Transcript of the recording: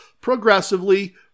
progressively